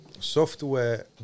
Software